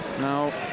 Now